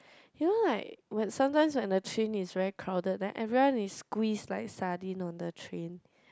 you know like when sometimes when the train is very crowded then everyone is squeezed like sardine on the train